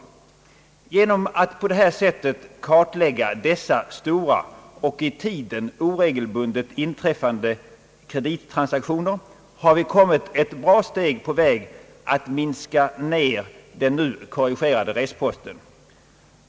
Genom att på detta sätt kartlägga dessa stora och i tiden oregelbundet inträffande kredittransaktioner har vi kommit ett bra steg på väg att minska ner den nu korrigerade restposten.